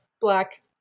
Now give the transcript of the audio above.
black